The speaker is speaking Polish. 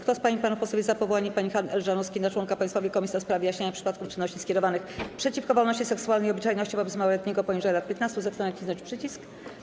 Kto z pań i panów posłów jest za powołaniem pani Hanny Elżanowskiej na członka Państwowej Komisji do spraw wyjaśniania przypadków czynności skierowanych przeciwko wolności seksualnej i obyczajności wobec małoletniego poniżej lat 15, zechce nacisnąć przycisk.